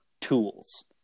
tools